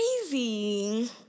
crazy